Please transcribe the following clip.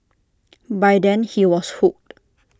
by then he was hooked